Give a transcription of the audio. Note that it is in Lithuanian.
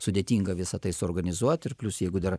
sudėtinga visa tai suorganizuot ir plius jeigu dar